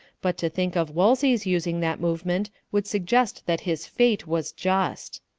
but to think of wolsey's using that movement would suggest that his fate was just.